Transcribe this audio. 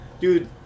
Dude